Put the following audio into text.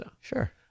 Sure